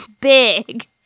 big